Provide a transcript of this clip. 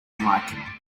hike